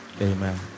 Amen